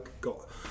got